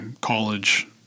college